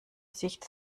sicht